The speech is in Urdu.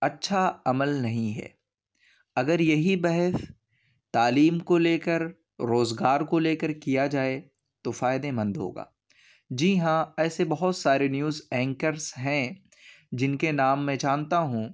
اچھا عمل نہیں ہے اگر یہی بحث تعلیم کو لے کر روزگار کو لے کر کیا جائے تو فائدے مند ہو گا جی ہاں ایسے بہت سارے نیوز اینکرس ہیں جن کے نام میں جانتا ہوں